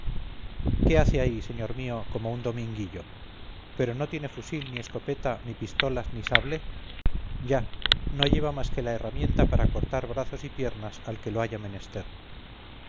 qué hace ahí señor mío como un dominguillo pero no tiene fusil ni escopeta ni pistolas ni sable ya no lleva más que la herramienta para cortar brazos y piernas al que lo haya menester